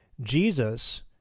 Jesus